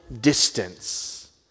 distance